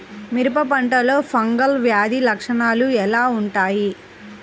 మిరప పంటలో ఫంగల్ వ్యాధి లక్షణాలు ఎలా వుంటాయి?